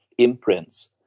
imprints